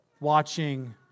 watching